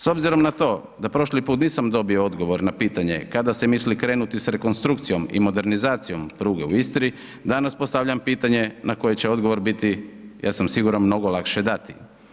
S obzirom na to, da prošli put nisam dobio odgovor na pitanje, kada se misli krenuti s rekonstrukcijom i modernizacijom pruge u Istri, danas postavljam pitanje, na koje će odgovor bit, ja sam siguran, mnogo lakše dati.